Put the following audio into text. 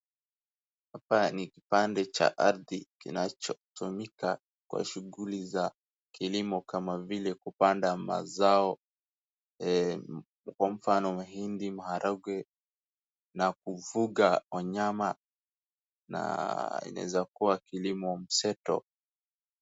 Hapa ni kipande cha ardhi kinachotumika kwa shughuli za kilimo kama vile kupanda mazao, kwa mfano mahindi, maharagwe na kufuga wanyama, na inaweza kua kilimo mseto.